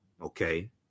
okay